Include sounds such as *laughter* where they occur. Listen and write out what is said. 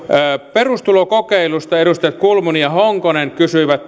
perustulokokeilusta edustajat kulmuni ja honkonen kysyivät *unintelligible*